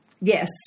Yes